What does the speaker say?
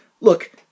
Look